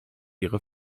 ihre